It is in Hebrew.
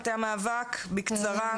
מטה המאבק בקצרה.